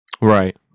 Right